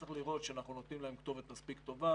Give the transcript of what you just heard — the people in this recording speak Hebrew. צריך לראות שאנחנו נותנים להם כתובת מספיק טובה.